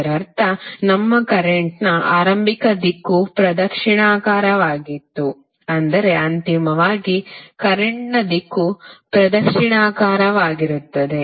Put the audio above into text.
ಇದರರ್ಥ ನಮ್ಮ ಕರೆಂಟ್ನ ಆರಂಭಿಕ ದಿಕ್ಕು ಪ್ರದಕ್ಷಿಣಾಕಾರವಾಗಿತ್ತು ಆದರೆ ಅಂತಿಮವಾಗಿ ಕರೆಂಟ್ನ ದಿಕ್ಕು ಪ್ರದಕ್ಷಿಣಾಕಾರವಾಗಿರುತ್ತದೆ